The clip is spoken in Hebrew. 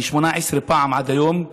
18 פעם עד היום,